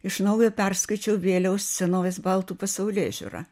iš naujo perskaičiau vėliaus senovės baltų pasaulėžiūrą